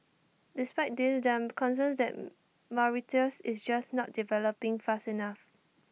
despite this there're concerns that Mauritius is just not developing fast enough